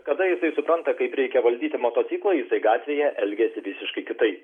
kada jisai supranta kaip reikia valdyti motociklą jisai gatvėje elgiasi visiškai kitaip